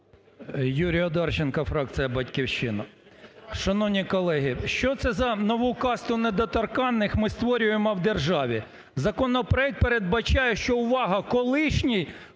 Юрій Одарченко, фракція "Батьківщина". Шановні колеги, що це за нову "касту недоторканих" ми створюємо в державі? Законопроект передбачає, що – увага! – колишній